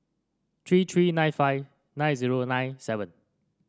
three three nine five nine zero nine seven